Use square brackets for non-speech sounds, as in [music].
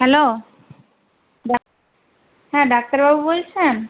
hello [unintelligible] হ্যাঁ ডাক্তারবাবু বলছেন